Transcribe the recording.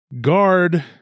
guard